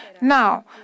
Now